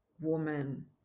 woman